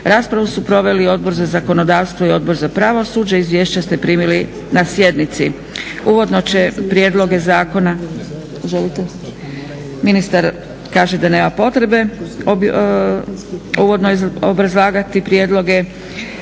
Raspravu su proveli Odbor za zakonodavstvo i Odbor za pravosuđe. Izvješća ste primili na sjednici. Uvodno će prijedloge zakona… Ministar kaže da nema potrebe uvodno obrazlagati prijedloge.